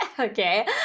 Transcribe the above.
Okay